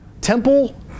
temple